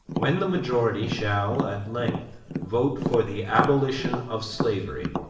when the majority shall at length vote for the abolition of slavery,